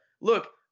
Look